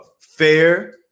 fair